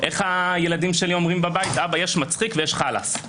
איך הילדים שלי אומרים יש מצחיק ויש חלאס,